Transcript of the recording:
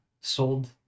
sold